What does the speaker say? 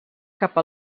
cap